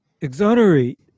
exonerate